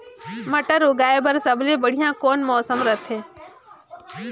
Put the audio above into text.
मटर उगाय बर सबले बढ़िया कौन मौसम रथे?